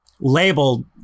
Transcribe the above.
labeled